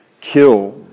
kill